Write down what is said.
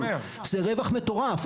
זה רווח מטורף.